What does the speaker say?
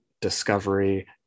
discovery